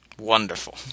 Wonderful